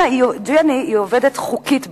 ג'ני היא עובדת חוקית בארץ.